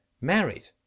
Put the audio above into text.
married